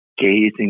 gazing